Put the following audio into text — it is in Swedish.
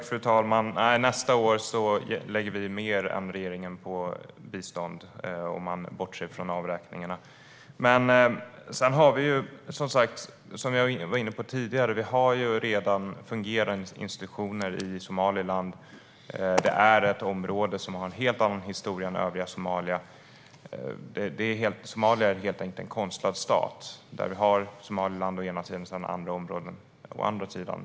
Fru talman! Nästa år lägger vi mer än regeringen på bistånd, om man bortser från avräkningarna. Som jag var inne på tidigare finns det redan fungerande institutioner i Somaliland. Detta område har en helt annan historia än övriga Somalia. Somalia är helt enkelt en konstlad stat med Somaliland å ena sidan och andra områden å andra sidan.